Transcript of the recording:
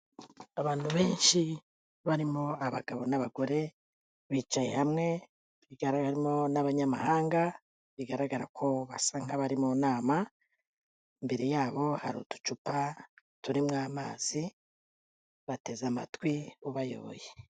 Abantu benshi barimo abagabo n'abagore, bicaye hamwe bigaragara barimo n'abanyamahanga, bigaragara ko basa nk'abari mu nama, imbere yabo hari uducupa turimo amazi, bateze amatwi ubayoboye.